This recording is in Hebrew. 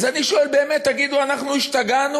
אז אני שואל באמת: תגידו, אנחנו השתגענו?